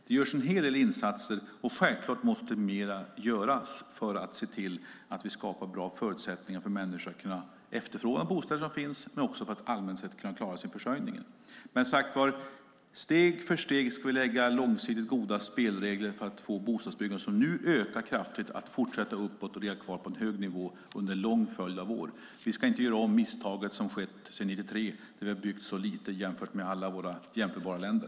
Det görs en hel del insatser, och självklart måste mer göras för att vi ska se till att skapa bra förutsättningar för människor att efterfråga de bostäder som finns men också för att allmänt sett klara sin försörjning. Steg för steg ska vi lägga långsiktigt goda spelregler för att få bostadsbyggandet, som nu ökar kraftigt, att fortsätta uppåt och ligga kvar på en hög nivå under en lång följd av år. Vi ska inte göra om misstaget som har skett efter 1993 då vi har byggt så lite jämfört med alla våra jämförbara länder.